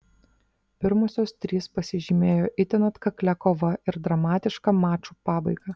pirmosios trys pasižymėjo itin atkaklia kova ir dramatiška mačų pabaiga